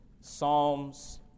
Psalms